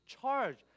charge